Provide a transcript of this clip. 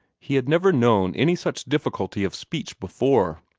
he had never known any such difficulty of speech before.